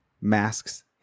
masks